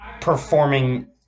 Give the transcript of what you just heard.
performing